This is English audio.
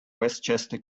westchester